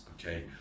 okay